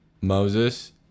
Moses